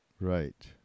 right